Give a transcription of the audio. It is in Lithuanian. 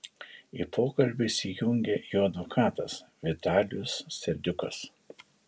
į pokalbį įsijungė jo advokatas vitalijus serdiukas